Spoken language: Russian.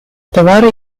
товары